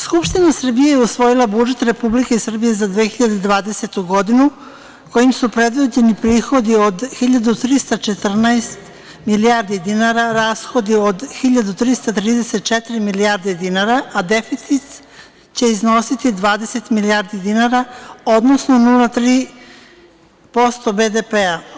Skupština Srbije je usvojila budžet Republike Srbije za 2020. godinu kojim su predviđeni prihodi od 1.314 milijardi dinara, rashodi od 1.334 milijardi dinara, a deficit će iznositi 20 milijardi dinara, odnosno 0,3% BDP.